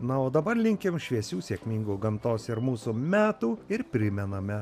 na o dabar linkim šviesių sėkmingų gamtos ir mūsų metų ir primename